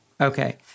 Okay